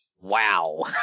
Wow